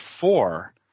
four